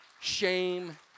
shame